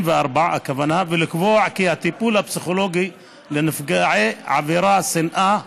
1994 ולקבוע כי הטיפול הפסיכולוגי לנפגעי עבירת שנאה,